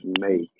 make